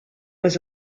was